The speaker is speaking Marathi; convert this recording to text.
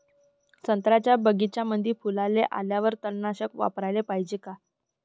संत्र्याच्या बगीच्यामंदी फुलाले आल्यावर तननाशक फवाराले पायजे का?